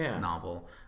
novel